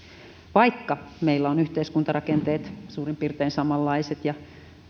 vaikka meillä on yhteiskuntarakenteet suurin piirtein samanlaiset ja